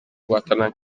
guhatana